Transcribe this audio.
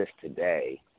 today